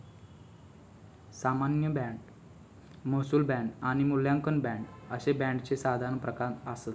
सामान्य बाँड, महसूल बाँड आणि मूल्यांकन बाँड अशे बाँडचे साधारण प्रकार आसत